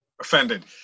offended